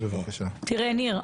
ניר,